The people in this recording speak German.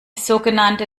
sogenannte